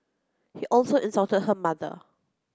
he also insulted her mother